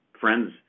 friends